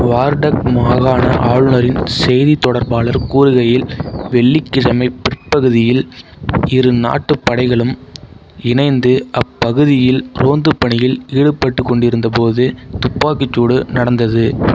Wardak மாகாண ஆளுநரின் செய்தித் தொடர்பாளர் கூறுகையில் வெள்ளிக்கிழமை பிற்பகுதியில் இரு நாட்டுப் படைகளும் இணைந்து அப்பகுதியில் ரோந்துப் பணியில் ஈடுபட்டுக் கொண்டிருந்தபோது துப்பாக்கிச் சூடு நடந்தது